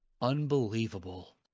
unbelievable